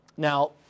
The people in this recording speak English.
Now